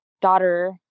daughter